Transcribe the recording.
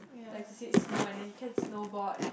like to see it snow and then you can snowboard